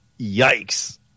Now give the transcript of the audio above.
yikes